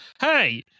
Hey